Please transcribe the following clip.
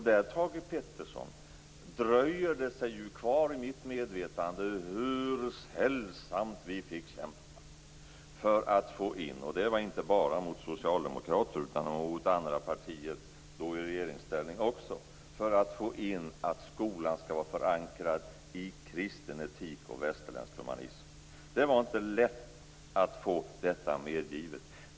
Där dröjer det sig kvar i mitt medvetande, Thage Peterson, hur sällsamt vi fick kämpa - inte bara mot socialdemokrater utan också mot andra partier, som då var i regeringsställning - för att få in att skolan skall vara förankrad i kristen etik och västerländsk humanism. Det var inte lätt att få detta medgivet.